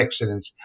excellence